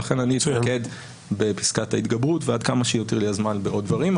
ולכן אני אתמקד בפסקת ההתגברות ועד כמה שיותיר לי הזמן בעוד דברים.